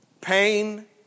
Pain